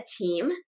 team